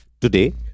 Today